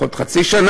יכול להיות חצי שנה,